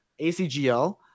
ACGL